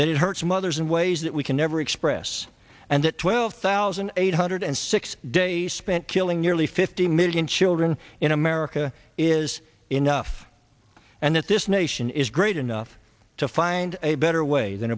that it hurts mothers in ways that we can never express and that twelve thousand eight hundred and six days spent killing nearly fifty million children in america is enough and that this nation is great enough to find a better way than